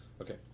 Okay